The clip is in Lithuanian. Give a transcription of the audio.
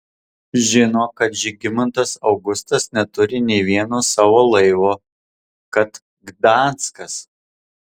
žino kad žygimantas augustas neturi nė vieno savo laivo kad gdanskas